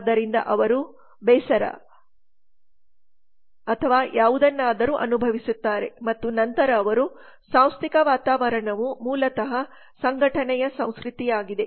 ಆದ್ದರಿಂದ ಅವರು ಬೇಸರ ಚಳವಳಿಗಾರ ಅಥವಾ ಯಾವುದನ್ನಾದರೂ ಅನುಭವಿಸುತ್ತಾರೆ ಮತ್ತು ನಂತರ ಸಾಂಸ್ಥಿಕ ವಾತಾವರಣವು ಮೂಲತಃ ಸಂಘಟನೆಯ ಸಂಸ್ಕೃತಿಯಾಗಿದೆ